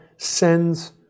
sends